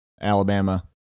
Alabama